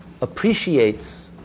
appreciates